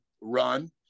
run